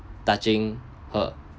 touching her